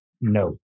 no